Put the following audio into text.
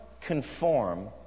conform